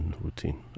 routine